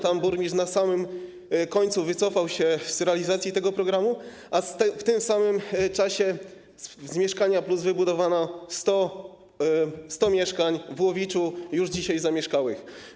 Tam burmistrz na samym końcu wycofał się z realizacji tego programu, a w tym samym czasie w ramach programu ˝Mieszkania+˝ wybudowano 100 mieszkań w Łowiczu, już dzisiaj zamieszkałych.